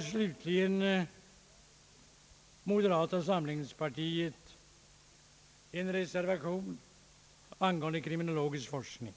Slutligen har moderata samlingspartiet en reservation angående kriminologisk forskning.